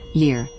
year